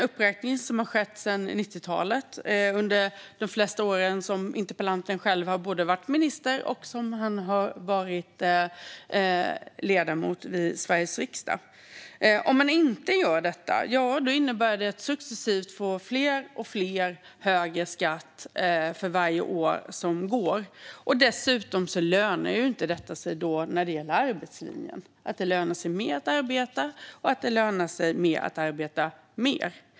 Uppräkningen har skett sedan 90-talet under de flesta år som interpellanten varit minister eller ledamot i Sveriges riksdag. Om uppräkningen inte görs innebär det att fler och fler successivt får högre skatt för varje år som går. Dessutom lönar det sig inte när det gäller arbetslinjen. Det ska löna sig att arbeta, och det ska löna sig mer att arbeta mer.